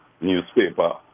newspaper